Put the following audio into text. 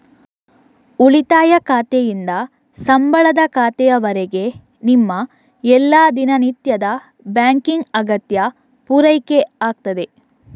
ಉಳಿತಾಯ ಖಾತೆಯಿಂದ ಸಂಬಳದ ಖಾತೆಯವರೆಗೆ ನಿಮ್ಮ ಎಲ್ಲಾ ದಿನನಿತ್ಯದ ಬ್ಯಾಂಕಿಂಗ್ ಅಗತ್ಯ ಪೂರೈಕೆ ಆಗ್ತದೆ